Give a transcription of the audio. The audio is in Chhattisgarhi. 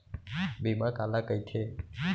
बीमा काला कइथे?